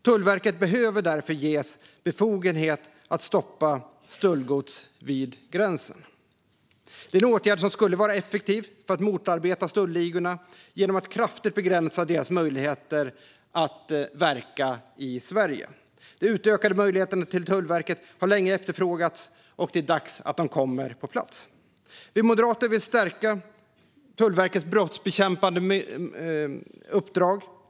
Tullverket behöver därför ges befogenhet att stoppa stöldgods vid gränsen. Det är en åtgärd som skulle vara effektiv för att motarbeta stöldligorna genom att kraftigt begränsa deras möjligheter att verka i Sverige. De utökade möjligheterna för Tullverket har länge efterfrågats, och det är dags att de kommer på plats. Vi moderater vill stärka Tullverkets brottsbekämpande uppdrag.